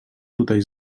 tutaj